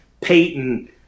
Peyton